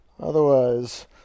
Otherwise